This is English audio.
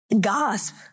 gasp